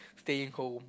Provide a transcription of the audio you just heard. stay in home